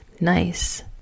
nice